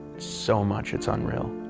so much it's unreal.